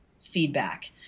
feedback